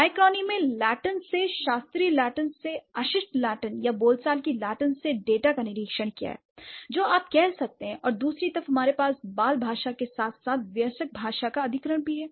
diachrony में Latin से शास्त्रीय लैटिन से अशिष्ट लैटिन या बोलचाल के लैटिन से डेटा का निरीक्षण किया जो आप कह सकते हैं और दूसरी तरफ हमारे पास बाल भाषा के साथ साथ वयस्क भाषा का अधिग्रहण भी है